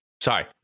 sorry